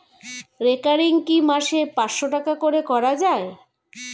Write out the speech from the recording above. Recurring কি মাসে পাঁচশ টাকা করে করা যায়?